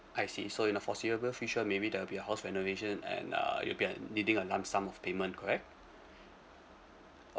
I see so in the foreseeable future maybe there'll be a house renovation and uh you'll be and needing a lump sum of payment correct